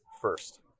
first